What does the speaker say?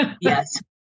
Yes